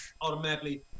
automatically